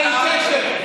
אין קשר.